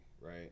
Right